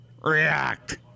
React